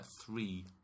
three